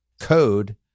code